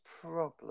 problem